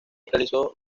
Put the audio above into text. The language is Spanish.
realizó